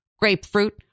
grapefruit